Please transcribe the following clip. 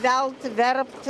velt verpt